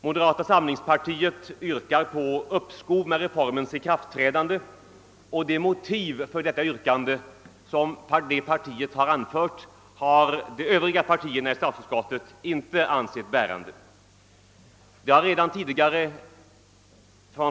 Moderata samlingspartiet yrkar på uppskov med reformens ikraftträdande, men det motiv för detta yrkande som partiet har anfört har de övriga partierna i statsutskottet inte ansett bärande.